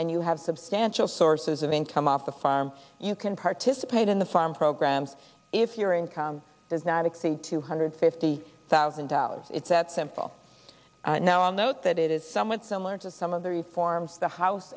and you have substantial sources of income off the farm you can participate in the farm program if your income does not exceed two hundred fifty thousand dollars it's that simple now i'll note that it is somewhat similar to some of the reforms the house